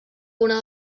una